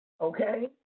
Okay